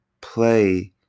play